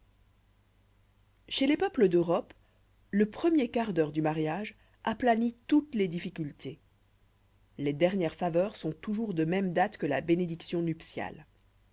hez les peuples d'europe le premier quart d'heure du mariage aplanit toutes les difficultés les dernières faveurs sont toujours de même date que la bénédiction nuptiale